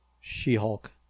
She-Hulk